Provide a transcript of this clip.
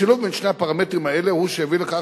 השילוב בין שני הפרמטרים האלה הוא שהביא לכך